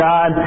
God